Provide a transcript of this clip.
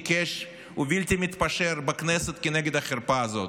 עיקש ובלתי מתפשר בכנסת כנגד החרפה הזאת.